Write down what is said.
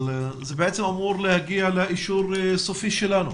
אבל זה בעצם אמור להגיע לאישור סופי שלנו.